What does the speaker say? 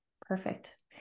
Perfect